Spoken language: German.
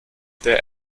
der